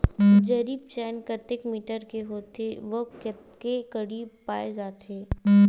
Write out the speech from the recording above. जरीब चेन कतेक मीटर के होथे व कतेक कडी पाए जाथे?